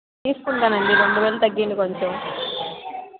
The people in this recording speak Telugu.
తీసుకుంటాను అండి రెండు వేలు తగ్గియండి కొంచం